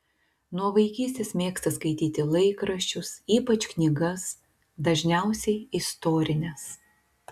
nuo vaikystės mėgsta skaityti laikraščius ypač knygas dažniausiai istorines